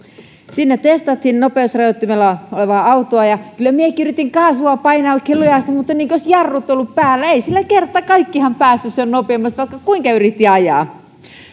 siinä testattiin nopeusrajoittimella olevaa autoa ja kyllä minäkin yritin kaasua painaa oikein lujasti mutta niin kuin olisivat jarrut olleet päällä ei sillä kerta kaikkiaan päässyt sen nopeammin vaikka kuinka yritti ajaa